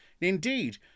Indeed